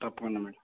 తప్పకుండా మ్యాడం